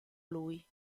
lui